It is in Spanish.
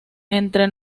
entre